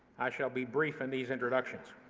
i shall be brief in these introductions.